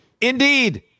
Indeed